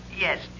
Yes